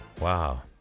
Wow